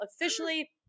officially